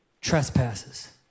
trespasses